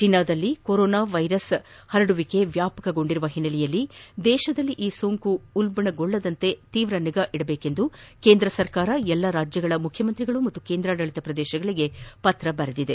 ಚೀನಾದಲ್ಲಿ corona virus ಹರಡುವಿಕೆ ವ್ಲಾಪಕಗೊಂಡಿರುವ ಹಿನ್ನೆಲೆಯಲ್ಲಿ ದೇತದಲ್ಲಿ ಈ ಸೋಂಕು ಉಲ್ಲಣಿಸದಂತೆ ಮೇಲೆ ತೀವ್ರ ನಿಗಾ ವಹಿಸುವಂತೆ ಕೇಂದ್ರ ಸರ್ಕಾರ ಎಲ್ಲ ರಾಜ್ಯಗಳ ಮುಖ್ಯಮಂತ್ರಿಗಳು ಹಾಗೂ ಕೇಂದ್ರಾಡಳಿತ ಪ್ರದೇಶಗಳಿಗೆ ಪತ್ರ ಬರೆದಿದೆ